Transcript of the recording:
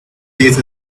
days